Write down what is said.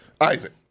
Isaac